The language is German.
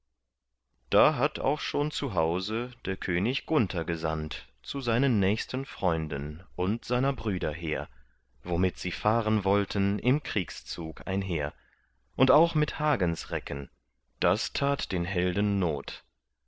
da hatt auch schon zu hause der könig gunther gesandt zu seinen nächsten freunden und seiner brüder heer womit sie fahren wollten im kriegszug einher und auch mit hagens recken das tat den helden not